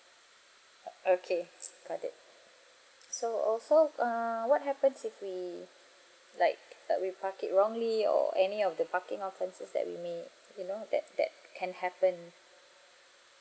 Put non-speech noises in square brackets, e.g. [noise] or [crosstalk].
o~ okay got it [noise] so also err what happens if we like uh we park it wrongly or any of the parking offences that we may you know that that can happen